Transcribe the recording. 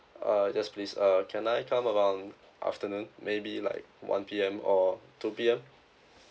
uh yes please uh can I come around afternoon maybe like one P_M or two P_M